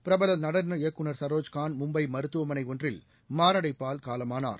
பிரபலநடன இயக்குநர் சரோஜ்கான் மும்பமருத்துவமனைஒன்றில் மாரடைப்பால் காலமானார்